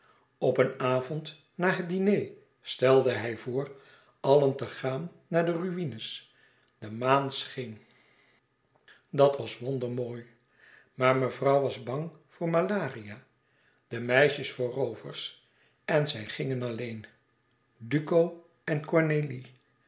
op een avond na het diner stelde hij voor allen te gaan naar de ruïnes de maan scheen dat was wondermooi maar mevrouw was bang voor malaria de meisjes voor roovers en zij gingen alleen duco en cornélie